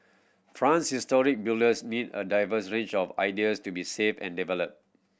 France's historic buildings need a diverse range of ideas to be saved and developed